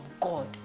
God